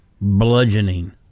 bludgeoning